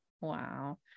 Wow